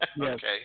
okay